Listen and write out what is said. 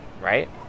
right